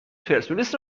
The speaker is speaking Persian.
پرسپولیس